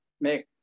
make